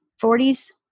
forties